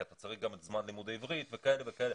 כי אתה צריך גם זמן לימודי עברית ועוד כאלה וכאלה.